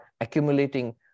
accumulating